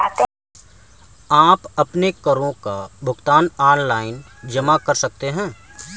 आप अपने करों का भुगतान ऑनलाइन जमा कर सकते हैं